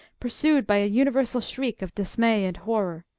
pursued by a universal shriek of dismay and horror.